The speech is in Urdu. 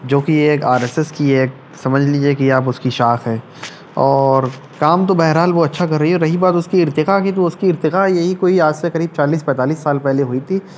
جو کہ ایک آر ایس ایس کی ایک سمجھ لیجیے کہ آپ اس کی شاخ ہے اور کام تو بہرحال وہ اچھا کر رہی ہے رہی بات اس کے ارتقا کی تو اس کی ارتقا یہی کوئی آج سے قریب چالیس پینتالیس سال پہلے ہوئی تھی